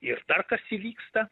ir dar kas įvyksta